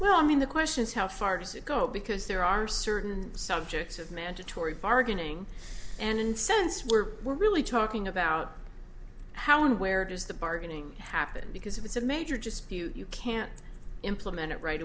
well i mean the question is how far does it go because there are certain subjects of mandatory bargaining and in sense we're really talking about how and where does the bargaining happen because if it's a major dispute you can't implement it right